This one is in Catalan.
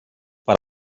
per